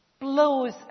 blows